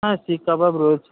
হ্যাঁ শিক কাবাব রয়েছে